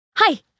Hi